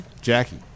Jackie